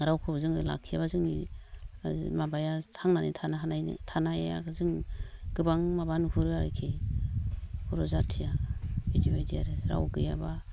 रावखो जोङो लाखियाबा जोंनि माबाया थांनानै थानो हाया आरो जों गोबां माबा नुहरो आरोखि बर' जाथिया बिदि बायदि आरो राव गैयाबा